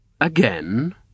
Again